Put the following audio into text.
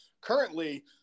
currently